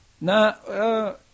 No